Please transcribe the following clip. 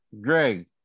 Greg